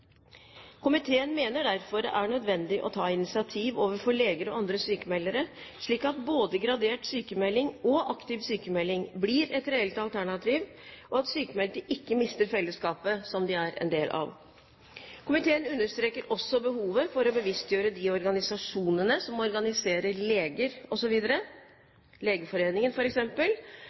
Komiteen mener derfor det er nødvendig å ta initiativ overfor leger og andre sykmeldere, slik at både gradert sykmelding og aktiv sykmelding blir et reelt alternativ, og at sykmeldte ikke mister fellesskapet som de er en del av. Komiteen understreker også behovet for å bevisstgjøre de organisasjonene som organiserer leger osv., f.eks. Legeforeningen,